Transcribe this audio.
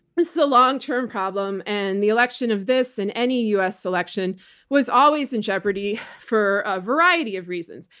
this is a long-term problem. and the election of this in any us election was always in jeopardy for a variety of reasons.